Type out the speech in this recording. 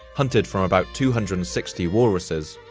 hunted from about two hundred and sixty walruses,